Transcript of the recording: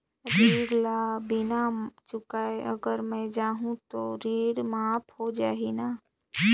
ऋण ला बिना चुकाय अगर मै जाहूं तो ऋण माफ हो जाही न?